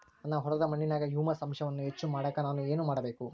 ನನ್ನ ಹೊಲದ ಮಣ್ಣಿನಾಗ ಹ್ಯೂಮಸ್ ಅಂಶವನ್ನ ಹೆಚ್ಚು ಮಾಡಾಕ ನಾನು ಏನು ಮಾಡಬೇಕು?